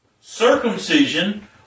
Circumcision